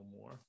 more